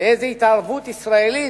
לאיזה התערבות ישראלית,